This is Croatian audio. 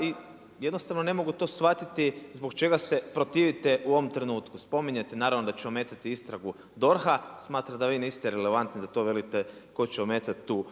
i jednostavno to ne mogu shvatiti zbog čega se protivite u ovom trenutku. Spominjete naravno da će ometati istragu DORH-a, smatrate da niste relevantni da to velite tko će ometati tu